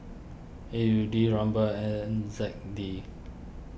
A U D Ruble N Z D